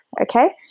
Okay